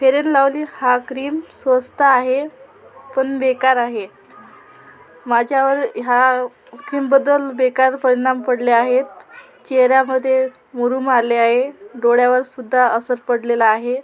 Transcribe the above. fair and lovely हा cream स्वस्त आहे पण बेकार आहे माझ्या वर ह्या क्रीम बद्दल बेकार परिणाम पडले आहेत चेहऱ्यामध्ये मुरूम आले आहेत डोळ्यावर सुद्धा असर पडलेला आहे